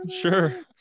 Sure